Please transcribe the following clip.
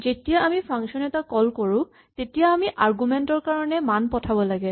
যেতিয়া আমি ফাংচন এটা কল কৰোঁ তেতিয়া আমি আৰগুমেন্ট ৰ কাৰণে মান পঠাব লাগে